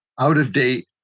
out-of-date